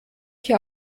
hier